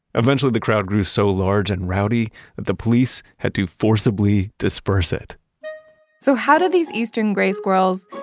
eventually the crowd grew so large and rowdy that the police had to forcibly disperse it so how did these eastern grey squirrels,